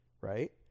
right